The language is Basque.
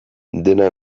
dena